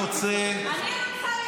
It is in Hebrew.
רוצה --- שכנעת אותי.